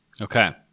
Okay